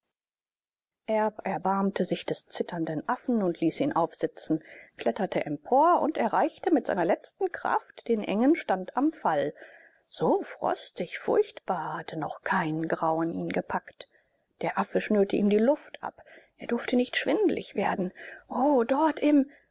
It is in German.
erbarmte sich des zitternden affen und ließ ihn aufsitzen kletterte empor und erreichte mit seiner letzten kraft den engen stand am fall so frostig furchtbar hatte noch kein grauen ihn gepackt der affe schnürte ihm die luft ab er durfte nicht schwindlig werden o dort im